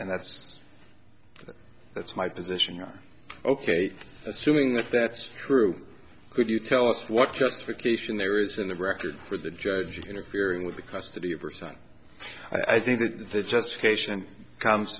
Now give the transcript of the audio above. and that's that's my position ok assuming that that's true could you tell us what justification there is in the record for the judge interfering with the custody of her son i think that the justification comes